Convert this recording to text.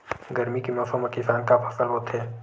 गरमी के मौसम मा किसान का फसल बोथे?